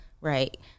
Right